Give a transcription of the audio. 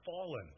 fallen